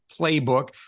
playbook